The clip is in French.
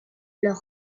leur